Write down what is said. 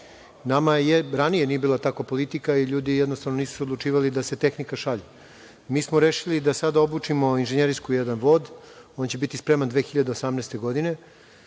Nama ranije nije bila takva politika i ljudi nisu odlučivali da se tehnika šalje. Mi smo rešili da sada obučimo inženjerski vod. On će biti spreman 2018. godine.